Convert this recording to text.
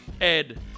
Ed